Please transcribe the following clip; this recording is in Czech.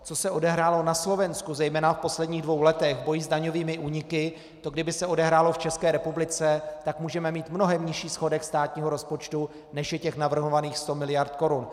Co se odehrálo na Slovensku zejména v posledních dvou letech v boji s daňovými úniky, to kdyby se odehrálo v České republice, tak můžeme mít mnohem nižší schodek státního rozpočtu, než je těch navrhovaných 100 mld. korun.